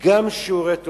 גם שיעורי תורה.